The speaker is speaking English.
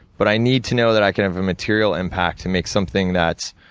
but i need to know that i can have a material impact, to make something that's